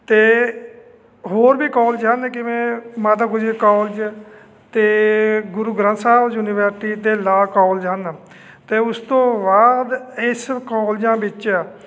ਅਤੇ ਹੋਰ ਵੀ ਕੋਲਜ ਹਨ ਜਿਵੇਂ ਮਾਤਾ ਗੁਜਰੀ ਕੋਲਜ ਅਤੇ ਗੁਰੂ ਗ੍ਰੰਥ ਸਾਹਿਬ ਯੂਨੀਵਰਸਿਟੀ ਅਤੇ ਲਾਅ ਕੋਲਜ ਹਨ ਅਤੇ ਉਸ ਤੋਂ ਬਾਅਦ ਇਸ ਕੋਲਜਾਂ ਵਿੱਚ